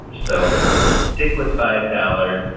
so stick with five dollars,